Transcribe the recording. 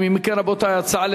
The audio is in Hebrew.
התשע"ב 2011,